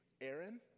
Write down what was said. Aaron